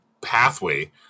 pathway